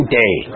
day